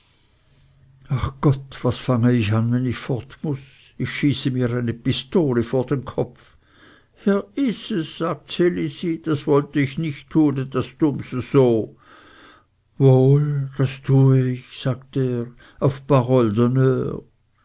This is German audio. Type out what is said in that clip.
ach gott was fange ich an wenn ich fort muß ich schieße mir eine pistole vor den kopf herr yses sagt ds elisi das wollte ich nicht tun etwas dumms so wohl das tue ich sagte er auf